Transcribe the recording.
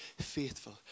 faithful